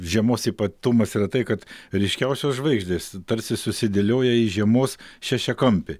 žiemos ypatumas yra tai kad ryškiausios žvaigždės tarsi susidėlioja į žiemos šešiakampį